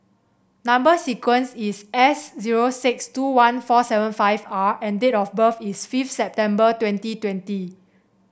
number sequence is S zero six two one four seven five R and date of birth is fifth September twenty twenty